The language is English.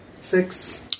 Six